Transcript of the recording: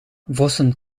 vossen